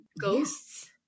ghosts